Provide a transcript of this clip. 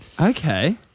Okay